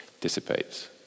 dissipates